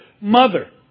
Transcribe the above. mother